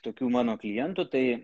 tokių mano klientų tai